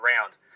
round